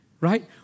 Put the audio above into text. right